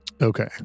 Okay